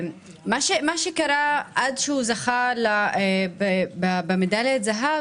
מה שקרה עד שהוא זכה במדליית הזהב,